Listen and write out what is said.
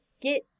get